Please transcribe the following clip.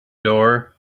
door